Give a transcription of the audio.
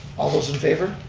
all those in favor?